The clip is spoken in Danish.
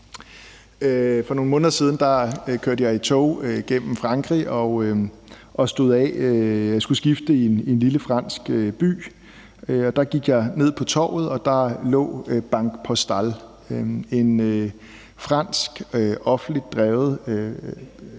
For nogle måneder siden kørte jeg i tog gennem Frankrig, hvor jeg skulle skifte tog i en lille fransk by. Jeg gik her ned på torvet og så, at der lå en Banque Postale, et fransk offentligt drevet